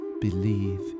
believe